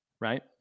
Right